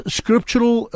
scriptural